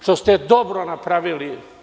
Što ste dobro napravili…